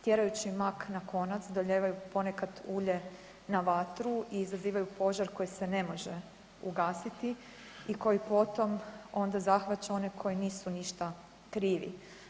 Tjerajući mak na konac doljevaju ponekad ulje na vatru i izazivaju požar koji se ne može ugasiti i koji potom onda zahvaća one koji nisu ništa krivi.